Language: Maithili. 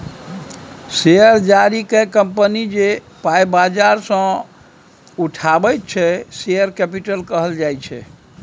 शेयर जारी कए कंपनी जे पाइ बजार सँ उठाबैत छै शेयर कैपिटल कहल जाइ छै